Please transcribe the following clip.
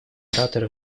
ораторы